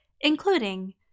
including